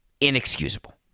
inexcusable